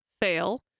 fail